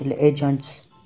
agents